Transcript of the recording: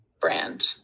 brand